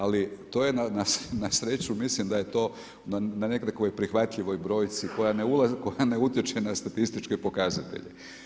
Ali to je na sreću mislim da je to na nekakvoj prihvatljivoj brojci koja ne utječe na statističke pokazatelje.